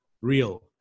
real